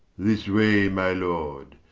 this way my lord,